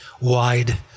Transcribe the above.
wide